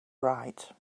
right